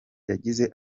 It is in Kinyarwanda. yagize